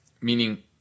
meaning